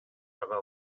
ага